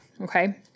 Okay